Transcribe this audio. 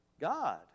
God